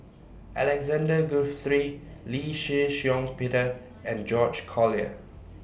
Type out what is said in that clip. Alexander Guthrie Lee Shih Shiong Peter and George Collyer